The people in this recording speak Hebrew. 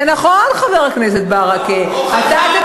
זה נכון, חבר הכנסת ברכה, ההוכחה זה את.